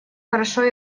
хорошо